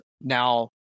now